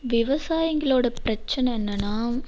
விவசாயிங்களோடய பிரச்சனை என்னென்னா